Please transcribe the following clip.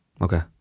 Okay